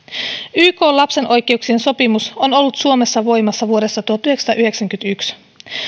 ykn lapsen oikeuksien sopimus on ollut suomessa voimassa vuodesta tuhatyhdeksänsataayhdeksänkymmentäyksi